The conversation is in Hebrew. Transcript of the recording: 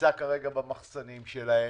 שנמצא כרגע במחסנים שלהם.